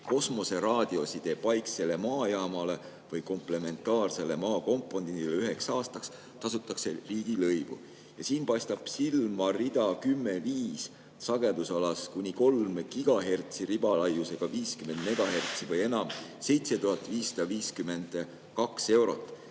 kosmoseraadioside paiksele maajaamale või komplementaarsele maakomponendile üheks aastaks tasutakse riigilõivu [‑‑‑]". Ja siin paistab silma rida 10.5: "sagedusalas kuni 3 GHz ribalaiusega 50 MHz või enam – 7552 eurot".